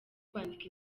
kwandika